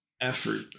effort